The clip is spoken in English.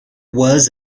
was